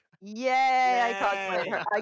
Yay